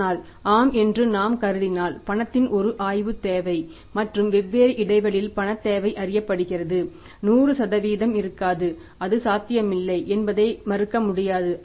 ஆனால் ஆம் என்று நாம் கருதினால் பணத்தின் ஒரு ஆய்வு தேவை மற்றும் வெவ்வேறு இடைவெளியில் பணத் தேவை அறியப்படுகிறது 100 இருக்காது அது சாத்தியமில்லை என்பதை மறுக்க முடியாது